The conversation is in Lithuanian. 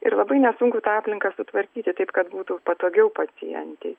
ir labai nesunku tą aplinką sutvarkyti taip kad būtų patogiau pacientei